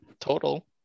total